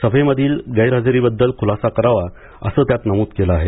सभेमधील गैरहजेरीबद्दल खुलासा करावा असं त्यात नमुद केलं आहे